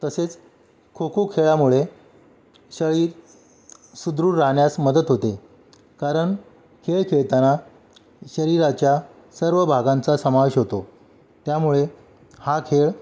तसेच खोखो खेळामुळे शरीर सुदृढ राहण्यास मदत होते कारण खेळ खेळताना शरीराच्या सर्व भागांचा समावेश होतो त्यामुळे हा खेळ